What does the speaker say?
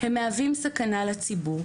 הם מהווים סכנה לציבור.